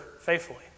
faithfully